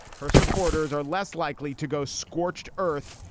her supporters are less likely to go scorched earth.